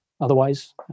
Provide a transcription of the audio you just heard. otherwise